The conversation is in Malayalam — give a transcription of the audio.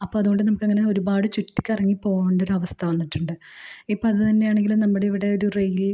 അപ്പോൾ അതുകൊണ്ട് നമുക്ക് അങ്ങനെ ഒരുപാട് ചുറ്റിക്കറങ്ങി പോവേണ്ട ഒരു അവസ്ഥ വന്നിട്ടുണ്ട് ഇപ്പോൾ അത് തന്നെ ആണെങ്കിലും നമ്മുടെ ഇവിടെ ഒരു റെയിൽ